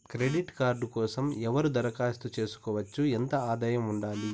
Credit card కోసం ఎవరు దరఖాస్తు చేసుకోవచ్చు? ఎంత ఆదాయం ఉండాలి?